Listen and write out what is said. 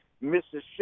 Mississippi